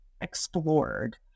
explored